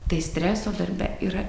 tai streso darbe yra